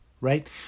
Right